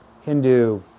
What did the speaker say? Hindu